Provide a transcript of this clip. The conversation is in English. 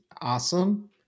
awesome